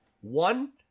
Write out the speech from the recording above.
One